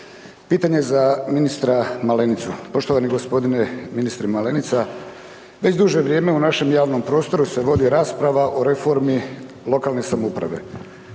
pitanje za ministra Malenicu. Poštovani g. ministre Malenica, već duže vrijeme u našem javnom prostoru se vodi rasprava o reformi lokalne samouprave.